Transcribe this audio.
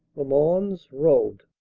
the mons road